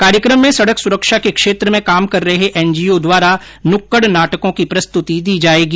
कार्यक्रम में सड़क सुरक्षा के क्षेत्र में काम कर रहे एनजीओ द्वारा नुक्कड़ नाटकों की प्रस्तुति दी जाएगी